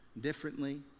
Differently